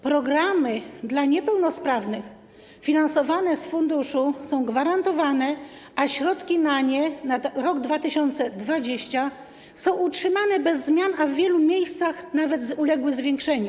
Programy dla niepełnosprawnych finansowane z funduszu są gwarantowane, a środki na nie na rok 2020 są utrzymane bez zmian, a w wielu miejscach nawet zostały zwiększone.